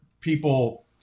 people